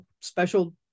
special